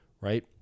right